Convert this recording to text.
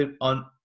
on